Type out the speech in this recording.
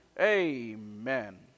Amen